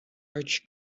large